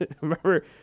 Remember